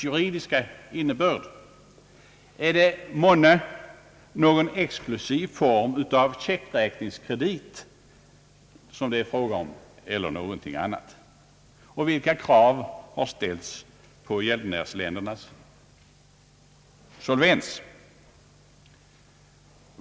Är det månne någon exklusiv form av checkräkningskredit, som det är fråga om, eller någonting annat? Och vilka krav har ställts på gäldenärsländernas solvens?